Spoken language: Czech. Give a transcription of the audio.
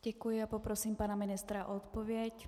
Děkuji a poprosím pana ministra o odpověď.